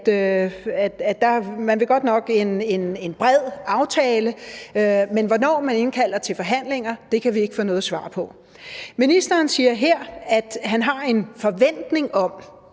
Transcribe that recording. at man vil en bred aftale, men hvornår man indkalder til forhandlinger, kan vi ikke få noget svar på. Ministeren siger her, at han har en forventning om